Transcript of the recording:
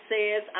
says